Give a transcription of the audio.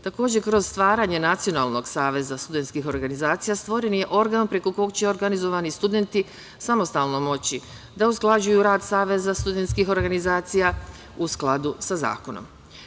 Takođe, kroz stvaranje Nacionalnog saveza studentskih organizacija stvoren je organ preko kog će organizovani studenti samostalno moći da usklađuju rad saveza studentskih organizacija u skladu sa zakonom.